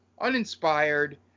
uninspired